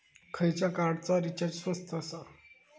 खयच्या कार्डचा रिचार्ज स्वस्त आसा?